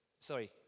Sorry